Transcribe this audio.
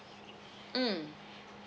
mm